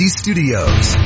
studios